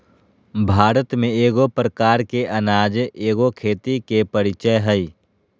भारत में एगो प्रकार के अनाज एगो खेती के परीचय हइ